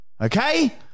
Okay